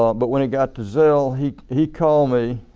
um but when it got to zell, he he called me